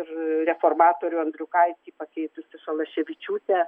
ir reformatorių andriukaitį pakeitusi šalaševičiūtė